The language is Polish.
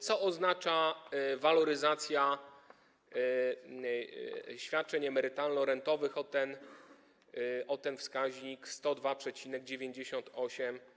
Co oznacza waloryzacja świadczeń emerytalno-rentowych o wskaźnik 102,98%